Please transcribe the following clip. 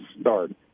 start